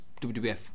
WWF